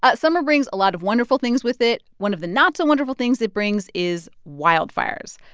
ah summer brings a lot of wonderful things with it. one of the not-so-wonderful things it brings is wildfires.